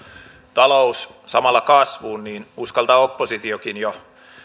talous samalla kasvuun niin uskaltaa oppositiokin jo